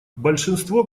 большинство